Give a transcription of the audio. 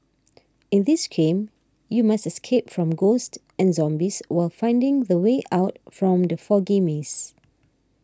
in this game you must escape from ghosts and zombies while finding the way out from the foggy maze